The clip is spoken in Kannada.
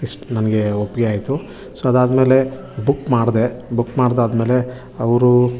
ಇಷ್ಟು ನನಗೆ ಒಪ್ಪಿಗೆ ಆಯಿತು ಸೊ ಅದಾದ್ಮೇಲೆ ಬುಕ್ ಮಾಡಿದೆ ಬುಕ್ ಮಾಡಿದ್ದಾದ್ಮೇಲೆ ಅವರು